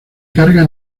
carga